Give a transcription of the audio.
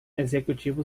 executivo